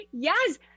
Yes